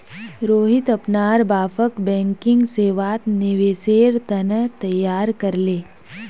रोहित अपनार बापक बैंकिंग सेवात निवेशेर त न तैयार कर ले